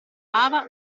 ava